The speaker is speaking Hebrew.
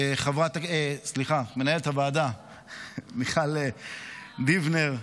למנהלת הוועדה מיכל דיבנר,